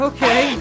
Okay